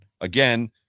again